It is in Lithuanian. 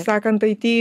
sakant ai ty